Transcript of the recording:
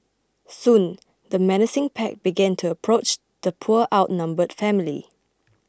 soon the menacing pack began to approach the poor outnumbered family